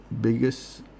biggest